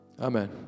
Amen